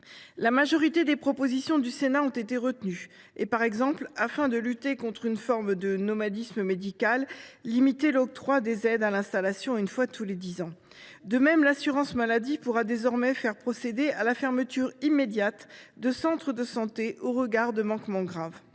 La majorité des propositions du Sénat ont été retenues. Par exemple, afin de lutter contre une forme de nomadisme médical, l’octroi des aides à l’installation a été limité à une fois tous les dix ans. De même, l’assurance maladie pourra désormais faire procéder à la fermeture immédiate de centres de santé en cas de manquements graves.